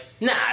nah